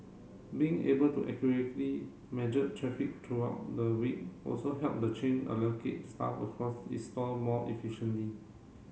being able to accurately measure traffic throughout the week also helped the chain allocate staff across its store more efficiently